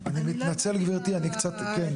אני לא הבנתי את הסיטואציה,